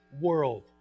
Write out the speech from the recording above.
world